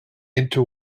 into